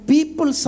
People